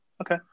Okay